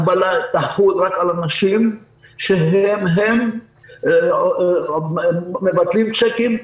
הגבלה תחול רק על אנשים שהם מבטלים צ'קים,